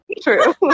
True